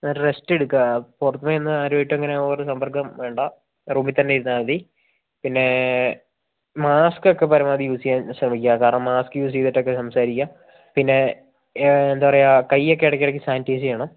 എന്നിട്ട് റസ്റ്റ് എടുക്കുക പുറത്തുനിന്ന് ആരുമായിട്ടും അങ്ങനെ ഓവർ സമ്പർക്കം വേണ്ട റൂമിൽത്തന്നെ ഇരുന്നാൽ മതി പിന്നേ മാസ്ക്കൊക്കെ പരമാവധി യൂസ് ചെയ്യാൻ ശ്രമിക്കുക കാരണം മാസ്ക് യൂസ് ചെയ്തിട്ടൊക്കെ സംസാരിക്കുക പിന്നേ എന്താ പറയുക കയ്യൊക്കെ ഇടയ്ക്ക് ഇടയ്ക്ക് സാനിറ്റൈസ് ചെയ്യണം